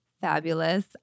fabulous